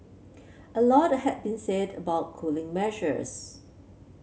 a lot has been said about cooling measures